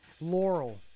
Laurel